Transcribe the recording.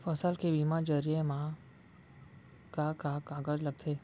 फसल के बीमा जरिए मा का का कागज लगथे?